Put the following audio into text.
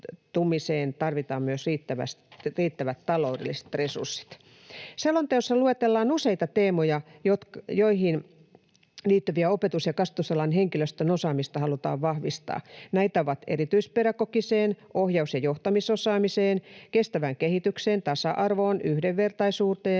tarvitaan myös riittävät taloudelliset resurssit. Selonteossa luetellaan useita teemoja, joihin liittyvän opetus- ja kasvatusalan henkilöstön osaamista halutaan vahvistaa. Näitä on erityispedagogiseen, ohjaus- ja johtamisosaamiseen, kestävään kehitykseen, tasa-arvoon, yhdenvertaisuuteen,